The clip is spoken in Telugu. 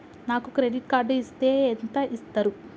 నాకు క్రెడిట్ కార్డు ఇస్తే ఎంత ఇస్తరు?